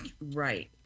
right